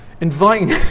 inviting